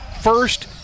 First